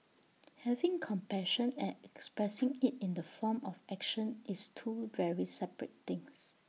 having compassion and expressing IT in the form of action is two very separate things